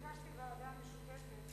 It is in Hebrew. ביקשתי משותפת,